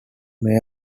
mary